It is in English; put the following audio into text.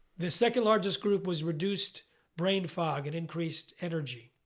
the second largest group was reduced brain fog and increased energy.